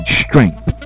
strength